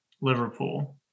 Liverpool